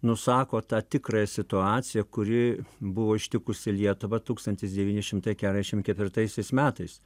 nusako tą tikrąją situaciją kuri buvo ištikusi lietuvą tūkstantis devyni šimtai keturiasdešim ketvirtaisiais metais